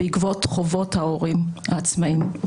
בעקבות חובות ההורים העצמאיים.